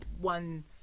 one